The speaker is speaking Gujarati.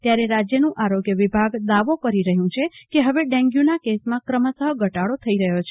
ત્યારે રાજ્યના આરોગ્ય વિભાગ દાવો કરી રહ્યું છે કે હવે ડેન્ગ્યુના કેસમાં ક્રમશઃ ઘટાડો થઈ રહ્યો છે